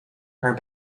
her